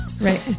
Right